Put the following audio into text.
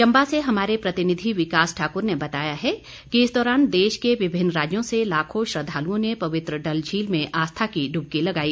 चंबा से हमारे प्रतिनिधि विकास ठाकुर ने बताया है कि इस दौरान देश के विभिन्न राज्यों से लाखों श्रद्धालुओं ने पवित्र डल झील में आस्था की डूबकी लगाई